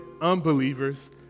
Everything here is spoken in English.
unbelievers